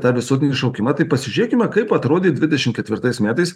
tą visuotinį šaukimą tai pasižiūrėkime kaip atrodė dvidešim ketvirtais metais